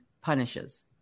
punishes